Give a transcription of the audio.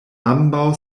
ambaŭ